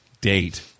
date